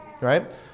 right